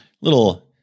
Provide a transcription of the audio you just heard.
little